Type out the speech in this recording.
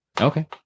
Okay